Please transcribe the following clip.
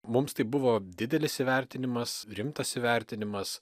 mums tai buvo didelis įvertinimas rimtas įvertinimas